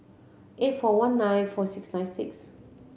eight four one nine four six nine six